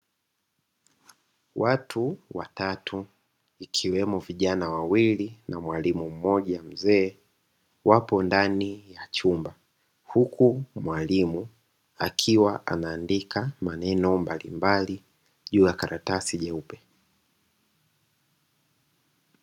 Watu watatu, ikiwemo vijana wawili na mwalimu mmoja mzee, wapo ndani ya chumba. Huku mwalimu akiwa anaandika maneno mbalimbali, juu ya karatasi jeupe.